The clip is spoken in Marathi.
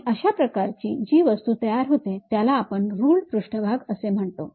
आणि अशा प्रकारची जी वस्तू तयार होते त्याला आपण रुल्ड पृष्ठभाग असे म्हणतो